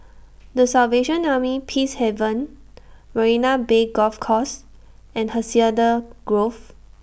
The Salvation Army Peacehaven Marina Bay Golf Course and Hacienda Grove